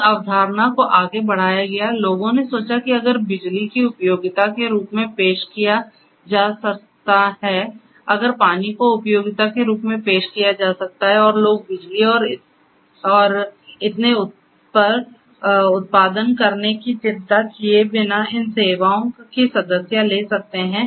इसी अवधारणा को आगे बढ़ाया गया लोगों ने सोचा कि अगर बिजली को उपयोगिता के रूप में पेश किया जा सकता है अगर पानी को उपयोगिता के रूप में पेश किया जा सकता है और लोग बिजली और इतने पर उत्पादन करने की चिंता किए बिना इस सेवाओं की सदस्यता ले सकते हैं